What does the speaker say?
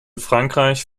frankreich